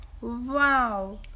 Wow